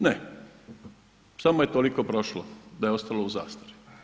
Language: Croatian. Ne, samo je toliko prošlo da je ostalo u zastari.